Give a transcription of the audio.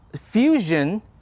fusion